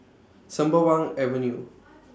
Sembawang Avenue